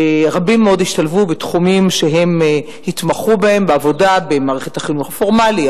רבים מאוד השתלבו בתחומים שהם התמחו בהם בעבודה במערכת החינוך הפורמלי,